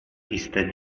iste